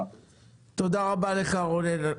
תודה רבה, רונן.